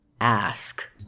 ask